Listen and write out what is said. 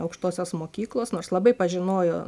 aukštosios mokyklos nors labai pažinojo